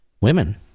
Women